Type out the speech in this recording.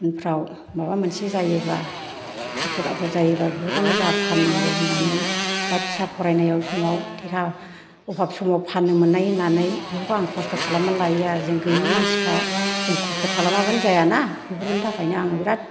उनफ्राव माबा मोनसे जायोबा बिफर आफर जायोबा बेफोरखौनो जोंहा फाननांगौ होन्नानै बा फिसा फरायनाय समाव टेका अबाब समाव फाननो मोननाय होन्नानै बेफोरखौ आं खस्थ' खालामनानै लायो आरो जों गोयै मानसिखा जों खस्थ' खालामाबानो जायाना बेफोरनि थाखायनो आङो बिराथ